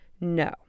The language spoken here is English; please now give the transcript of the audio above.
No